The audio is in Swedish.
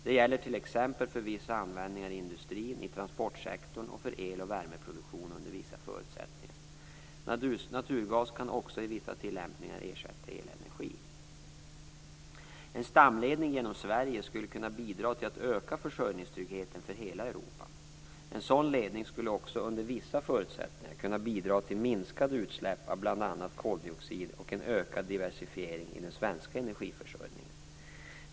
Det gäller t.ex. för vissa användningar i industrin, i transportsektorn och för eloch värmeproduktion under vissa förutsättningar. Naturgas kan också i vissa tillämpningar ersätta elenergi. En stamledning genom Sverige skulle kunna bidra till att öka försörjningstryggheten för hela Europa. En sådan ledning skulle också - under vissa förutsättningar - kunna bidra till minskade utsläpp av bl.a. koldioxid och en ökad diversifiering i den svenska energiförsörjningen.